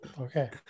Okay